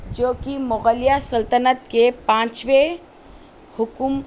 جو کہ مغلیہ سلطنت کے پانچویں حکم